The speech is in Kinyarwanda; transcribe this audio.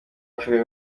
afurika